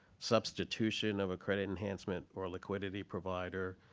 substitution of a credit enhancement or liquidity provider,